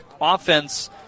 offense